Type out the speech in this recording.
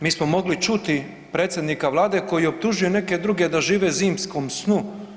Mi smo mogli čuti predsjednika Vlade koji optužuje neke druge da žive u zimskom snu.